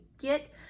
get